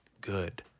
good